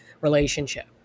relationship